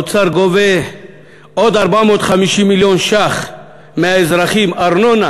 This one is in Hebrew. בתקציב הזה האוצר גובה עוד 450 מיליון ש"ח מהאזרחים ארנונה